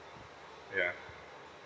yeah